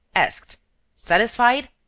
asked satisfied?